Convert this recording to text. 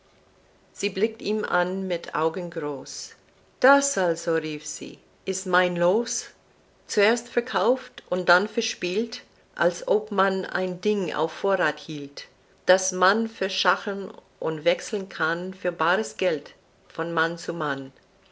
sie blickt ihn an mit augen groß das also rief sie ist mein loos zuerst verkauft und dann verspielt als ob man ein ding auf vorrath hielt das man verschachern und wechseln kann für baares geld von mann zu mann